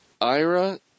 Ira